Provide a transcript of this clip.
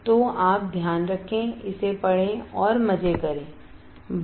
तो आप ध्यान रखें इसे पढ़ें और मज़े करें बाय